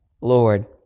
Lord